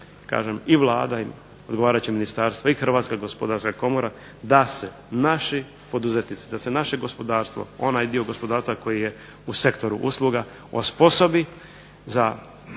i Vlada i odgovarajuće ministarstvo i Hrvatska gospodarska komora da se naši poduzetnici, da se naše gospodarstvo, onaj dio gospodarstva koji je u sektoru usluga osposobi za